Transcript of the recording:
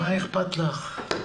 מה אכפת לך?